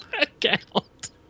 account